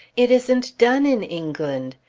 it isn't done in england.